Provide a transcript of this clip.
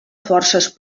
forces